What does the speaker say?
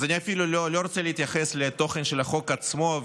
אז אני אפילו לא רוצה להתייחס לתוכן של החוק עצמו,